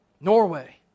Norway